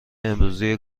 امروزی